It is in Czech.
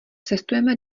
cestujeme